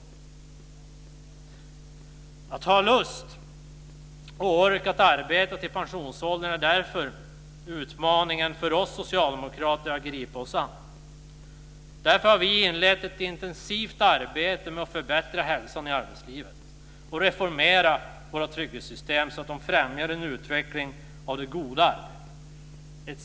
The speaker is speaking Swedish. Att man ska ha lust och ork att arbeta till pensionsåldern är därför utmaningen för oss socialdemokrater att gripa oss an. Därför har vi inlett ett intensivt arbete med att förbättra hälsan i arbetslivet och reformera våra trygghetssytem så att de främjar en utvecklingen av det goda arbetet.